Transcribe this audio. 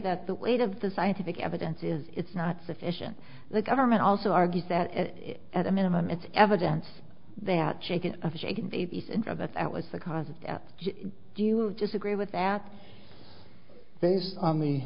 that the weight of the scientific evidence is it's not sufficient the government also argues that at a minimum it's evidence that changes of shaken baby think of that that was the cause of death do you disagree with that based on the